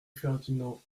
ferdinand